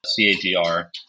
CAGR